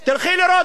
אתה רוצה שאשיב לך?